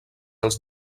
als